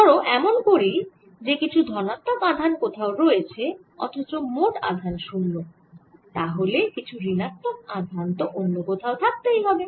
ধরো এমন করি যে কিছু ধনাত্মক আধান কোথাও রয়েছে অথচ মোট আধান শূন্য তাহলে কিছু ঋণাত্মক আধান তো অন্য কোথাও থাক্তেই হবে